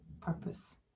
purpose